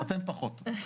ואם אתם רוצים נוכל לפתוח